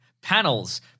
Panels